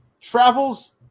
travels